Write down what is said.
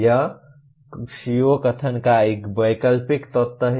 यह CO कथन का एक वैकल्पिक तत्व है